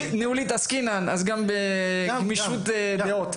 ניהולית עסקינן, אז גם בגמישות דעות.